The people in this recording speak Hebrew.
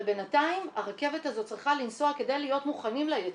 אבל בינתיים הרכבת הזאת צריכה לנסוע כדי להיות מוכנים לייצוא.